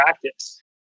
practice